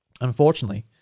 unfortunately